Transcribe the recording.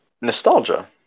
nostalgia